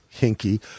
hinky